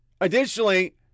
Additionally